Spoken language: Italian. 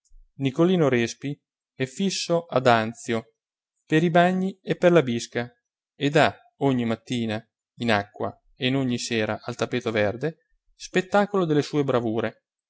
nicolino respi è fisso ad anzio per i bagni e per la bisca e dà ogni mattina in acqua e ogni sera al tappeto verde spettacolo delle sue bravure